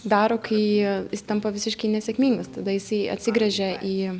daro kai jis tampa visiškai nesėkmingas tada jisai atsigręžia į